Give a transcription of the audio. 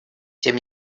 тем